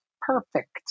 perfect